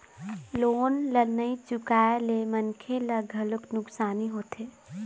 loan ल नइ चुकाए ले मनखे ल घलोक नुकसानी होथे